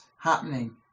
happening